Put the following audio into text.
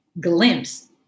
glimpse